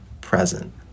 present